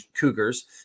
Cougars